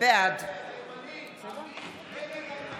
בעד